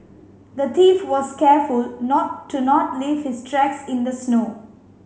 the thief was careful not to not leave his tracks in the snow